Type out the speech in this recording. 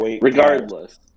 Regardless